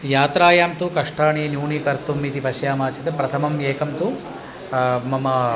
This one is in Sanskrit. यात्रायां तु कष्टाणि न्यूनिकर्तुम् इति पश्यामः चेत् प्रथमम् एकं तु मम